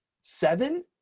seven